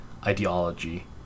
ideology